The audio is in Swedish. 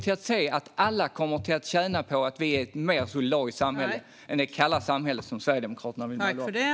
Alla tjänar mer på ett solidariskt samhälle än det kalla samhälle som Sverigedemokraterna vill ha.